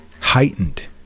heightened